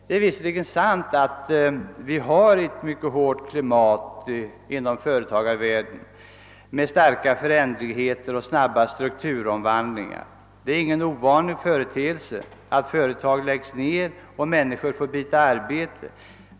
Det är sant att vi har ett mycket hårt klimat inom företagarvärlden med starka förändringar och snabba strukturomvandlingar, och det är ingen ovanlig företeelse att företag läggs ned och människor får byta arbete.